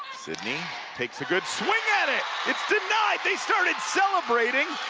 sidney takes a good swing at it it's denied they started celebrating,